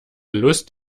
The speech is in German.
lust